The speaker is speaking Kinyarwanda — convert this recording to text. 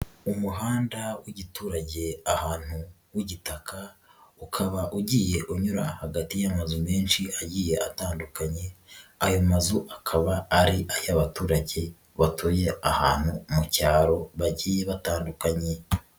Umuhanda w'igiturage ahantu w'igitaka ukaba ugiye unyura hagati y'amazu menshi agiye atandukanye, ayo mazu akaba ari ay'abaturage batuye ahantu mu cyaro bagiye batandukanye.